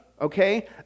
Okay